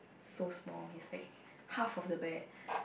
so small he's like half of the bear